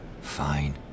Fine